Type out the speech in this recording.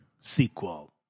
sequel